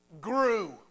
grew